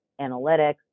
analytics